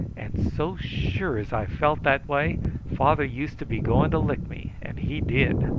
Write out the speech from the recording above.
and so sure as i felt that way father used to be going to lick me, and he did.